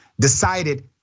decided